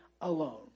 alone